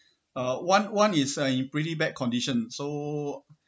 uh one one is uh in pretty bad condition so